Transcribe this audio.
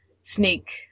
sneak